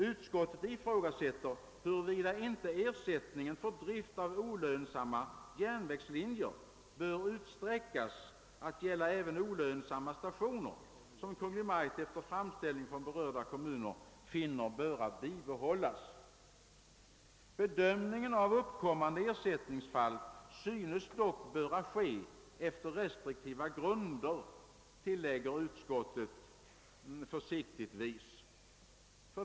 Utskottet ifrågasätter »huruvida inte ersättningen för drift av olönsamma järnvägslinjer bör utsträckas att gälla även olönsamma stationer som Kungl. Maj:t efter framställning från berörda kommuner finner böra bibehållas». — »Bedömningen av uppkommande ersättningsfall synes dock böra ske efter restriktiva grunder», tillägger utskottet försiktigtvis.